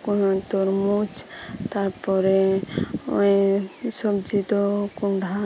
ᱠᱳᱱᱳ ᱛᱚᱨᱢᱩᱡᱽ ᱛᱟᱨᱯᱚᱨᱮ ᱱᱚᱜ ᱚᱭ ᱥᱚᱵᱽᱡᱤ ᱫᱚ ᱠᱚᱱᱰᱷᱟ